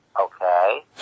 okay